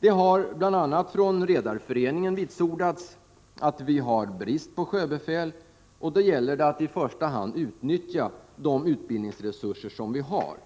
Det har, bl.a. från Redareföreningen, vitsordats att vi har brist på sjöbefäl, och då gäller det ju att i första hand utnyttja de utbildningsresurser som vi har